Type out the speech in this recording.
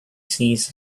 sees